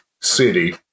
city